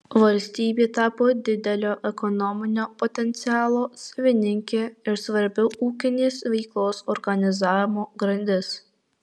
valstybė tapo didelio ekonominio potencialo savininkė ir svarbi ūkinės veiklos organizavimo grandis